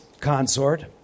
consort